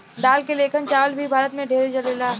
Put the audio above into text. दाल के लेखन चावल भी भारत मे ढेरे चलेला